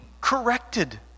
corrected